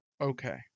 Okay